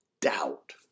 doubt